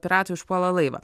piratai užpuola laivą